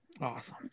Awesome